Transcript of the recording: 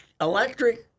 electric